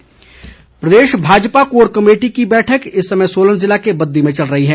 core meeting प्रदेश Bhajpa core committee की बैठक इस समय सोलन ज़िला के बददी में चल रही है